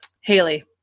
Haley